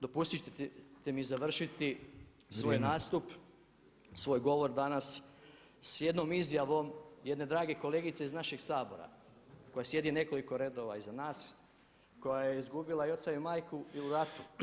Dopustite mi završiti svoj nastup svoj govor danas s jednom izjavom jedne drage kolegice iz našeg Sabora koja sjedi nekoliko redova iza nas, koja je izgubila i oca i majku i u ratu.